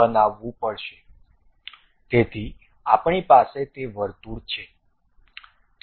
તેથી આપણી પાસે તે વર્તુળ છે